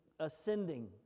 ascending